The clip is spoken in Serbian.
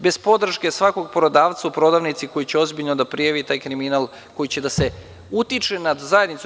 Bez podrške svakog prodavca u prodavnici koji će ozbiljno da prijavi taj kriminal koji će uticati na zajednicu.